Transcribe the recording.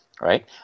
right